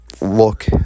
look